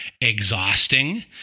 exhausting